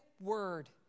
word